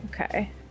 Okay